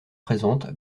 présente